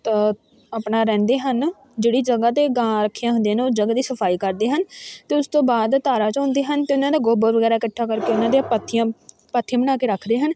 ਆਪਣਾ ਰਹਿੰਦੇ ਹਨ ਜਿਹੜੀ ਜਗ੍ਹਾ 'ਤੇ ਗਾਂ ਰੱਖੀਆਂ ਹੁੰਦੀਆਂ ਨੇ ਉਹ ਜਗ੍ਹਾ ਦੀ ਸਫ਼ਾਈ ਕਰਦੇ ਹਨ ਅਤੇ ਉਸ ਤੋਂ ਬਾਅਦ ਧਾਰਾਂ ਚੌਂਦੇ ਹਨ ਅਤੇ ਉਹਨਾਂ ਦਾ ਗੋਬਰ ਵਗੈਰਾ ਇਕੱਠਾ ਕਰਕੇ ਉਹਨਾਂ ਦੀਆਂ ਪਾਥੀਆਂ ਪਾਥੀਆਂ ਬਣਾ ਕੇ ਰੱਖਦੇ ਹਨ